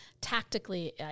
tactically